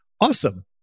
awesome